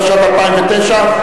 התשס"ט 2009,